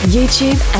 YouTube